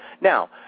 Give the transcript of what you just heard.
Now